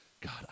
God